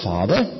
Father